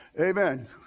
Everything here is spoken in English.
Amen